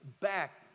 back